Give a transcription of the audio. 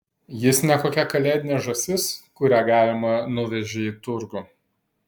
jis ne kokia kalėdinė žąsis kurią galima nuvežei į turgų